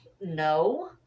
No